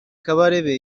kabarebe